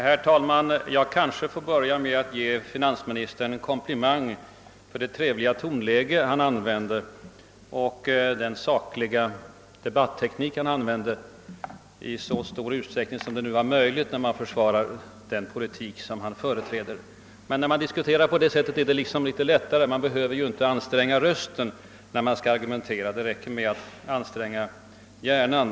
Herr talman! Jag kanske får börja med att ge finansministern en komplimang för hans trevliga tonläge och hans förmåga att debattera sakligt inom ramen för vad som är möjligt då han försvarar den politik som han företräder. När man debatterar på det sättet blir debatten trevligare — man behöver inte anstränga rösten när man skall argumentera, det räcker med att anstränga hjärnan.